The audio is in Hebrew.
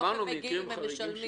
בסוף הם מגיעים ומשלמים.